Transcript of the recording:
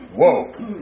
whoa